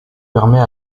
permet